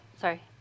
sorry